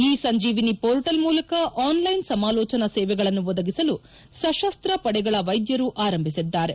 E Sanjeevani portal ಮೂಲಕ online ಸಮಾಲೋಚನಾ ಸೇವೆಗಳನ್ನು ಒದಗಿಸಲು ಸಶಸ್ತ ಪಡೆಗಳ ವೈದ್ಯರು ಆರಂಭಿಸಿದ್ದಾರೆ